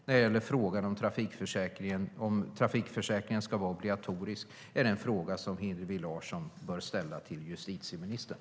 När det gäller frågan om trafikförsäkringen ska vara obligatorisk är det en fråga som Hillevi Larsson bör ställa till justitieministern.